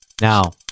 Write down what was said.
Now